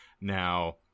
Now